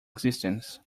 existence